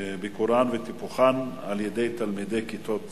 ביקור בהן וטיפוחן על-ידי כיתות ז'